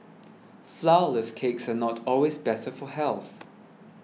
Flourless Cakes are not always better for health